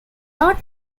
not